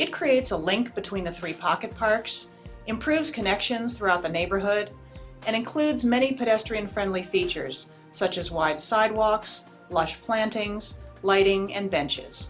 it creates a link between the three pocket parks improves connections throughout the neighborhood and includes many pedestrian friendly features such as white sidewalks lush plantings lighting and benches